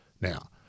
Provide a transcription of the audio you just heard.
Now